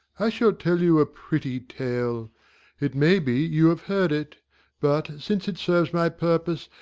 i shall tell you a pretty tale it may be you have heard it but, since it serves my purpose,